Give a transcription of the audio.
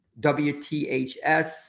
WTHS